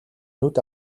нүд